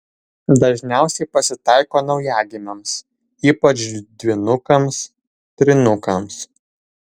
dažniausiai pasitaiko naujagimiams ypač dvynukams trynukams